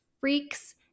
freaks